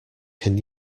can